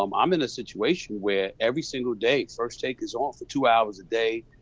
um i'm in a situation where every single day, first take is on for two hours a day,